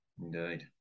Indeed